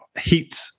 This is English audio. heat